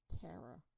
terror